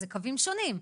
אז זה קווים שונים.